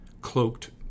cloaked